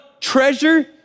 treasure